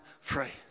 free